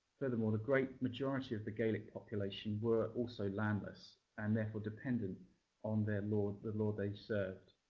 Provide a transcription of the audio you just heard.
furthermore, the great majority of the gaelic population were also landless and therefore dependent on their lord, the lord they served.